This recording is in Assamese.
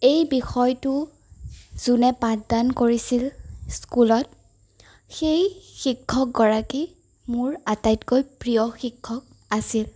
এই বিষয়টো যোনে পাঠদান কৰিছিল স্কুলত সেই শিক্ষক গৰাকী মোৰ আটাইতকৈ প্ৰিয় শিক্ষক আছিল